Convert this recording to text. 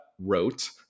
wrote